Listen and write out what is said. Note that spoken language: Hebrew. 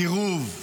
קירוב.